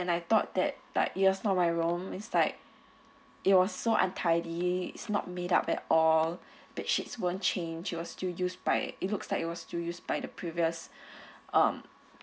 and I thought that like it was not my room is like it was so untidy is not make up at all bed sheets weren't change it was still used by it looks like it was still used by the previous um